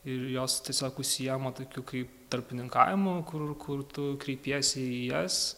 ir jos tiesiog užsiėma tokiu kaip tarpininkavimu kur kur tu kreipiesi į jas